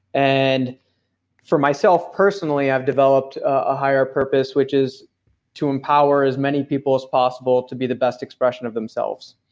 and for myself personally, i've developed a higher purpose, which is to empower as many people as possible, to be the best expression of themselves.